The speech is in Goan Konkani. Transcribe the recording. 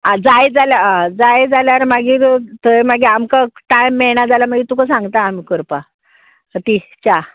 आं जाय जाल्यार आं जाय जाल्यार मागीर थंय मागीर आमकां टायम मेळना जाल्यार मागीर तुका सांगता आमी करपाक ती च्या